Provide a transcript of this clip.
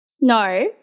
No